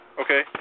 Okay